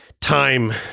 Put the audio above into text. time